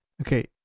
Okay